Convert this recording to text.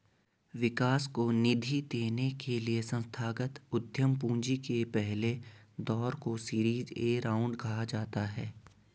विकास को निधि देने के लिए संस्थागत उद्यम पूंजी के पहले दौर को सीरीज ए राउंड कहा जाता है